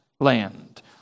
land